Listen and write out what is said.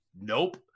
Nope